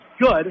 good